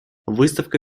выставка